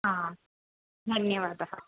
धन्यवादः